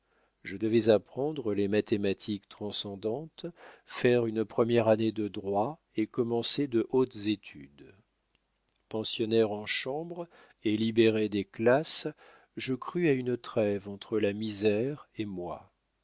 je devais apprendre les mathématiques transcendantes faire une première année de droit et commencer de hautes études pensionnaire en chambre et libéré des classes je crus à une trêve entre la misère et moi